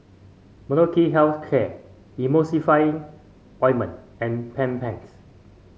Molnylcke Health Care Emulsying Ointment and Bedpans